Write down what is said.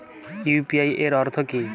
UPI এর অর্থ কি?